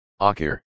Akir